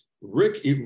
rick